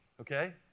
okay